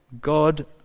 God